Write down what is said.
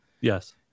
Yes